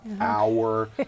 hour